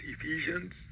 Ephesians